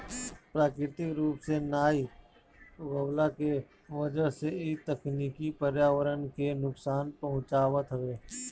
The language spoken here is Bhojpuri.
प्राकृतिक रूप से नाइ उगवला के वजह से इ तकनीकी पर्यावरण के नुकसान पहुँचावत हवे